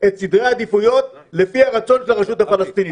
את סדרי העדיפויות לפי הרצון של הרשות הפלסטינית.